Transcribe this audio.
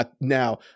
Now